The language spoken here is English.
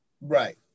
Right